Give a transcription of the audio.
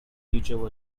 future